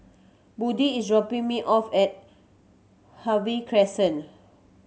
Buddie is dropping me off at Harvey Crescent